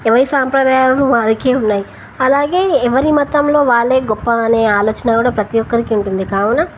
ఎవరి సాంప్రదాయాాలలు వారికిే ఉన్నాయి అలాగే ఎవరి మతంలో వాళ్ళే గొప్ప అనే ఆలోచన కూడా ప్రతి ఒక్కరికి ఉంటుంది కావున